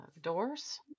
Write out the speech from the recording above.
doors